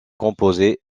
composée